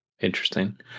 interesting